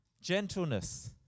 gentleness